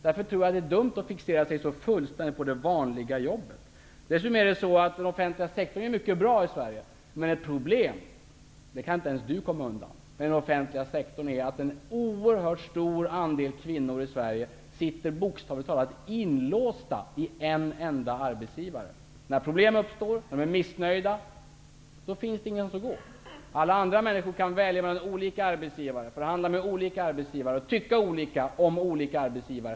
Det är därför dumt att fixera sig så fullständigt på det vanliga jobbet. Den offentliga sektorn är ju mycket bra i Sverige. Men problemet med den offentliga sektorn, något som inte ens Berit Andnor kan förneka, är att en oerhört stor andel kvinnor i Sverige bokstavligt talat sitter inlåsta med en enda arbetsgivare. När problem uppstår och kvinnorna är missnöjda finns det ingenstans att gå. Alla andra människor kan välja mellan och förhandla med olika arbetsgivare, och de kan tycka olika om olika arbetsgivare.